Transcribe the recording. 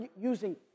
using